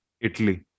Italy